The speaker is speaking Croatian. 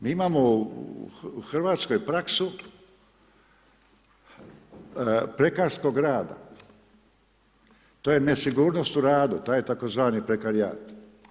Mi imamo u Hrvatskoj praksu prekarskog rada, to je nesigurnost u radu, taj tzv. prekarijat.